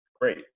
great